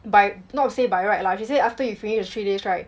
by not say by right lah she say after you finish your three days right